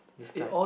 is like